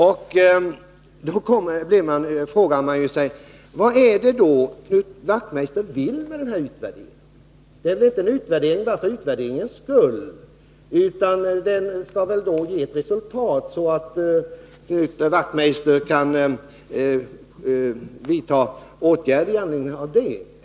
Då frågar man sig vad det är Knut Wachtmeister vill med den här utvärderingen. Är det inte en utvärdering bara för utvärderingens egen skull? Den borde väl ge ett resultat, så att det kan vidtas åtgärder med anledning av detta.